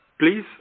Please